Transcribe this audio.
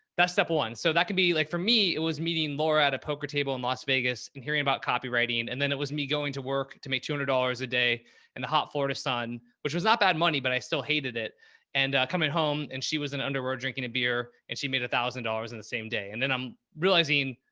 that's step one. so that can be like, for me, it was meeting laura at a poker table in las vegas and hearing about copywriting. and then it was me going to work to make two hundred dollars a day in the hot florida sun, which was not bad money, but i still hated it and coming home and she was in underwear drinking a beer and she made a thousand dollars in the same day. and then i'm realizing,